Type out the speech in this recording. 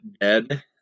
Dead